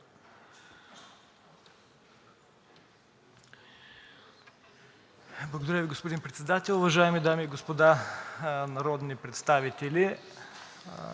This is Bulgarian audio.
Благодаря Ви, господин Председател. Уважаеми дами и господа народни представители!